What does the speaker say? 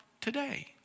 today